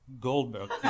Goldberg